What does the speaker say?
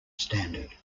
standard